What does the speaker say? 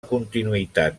continuïtat